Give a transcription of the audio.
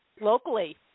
locally